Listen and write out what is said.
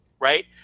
right